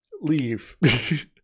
leave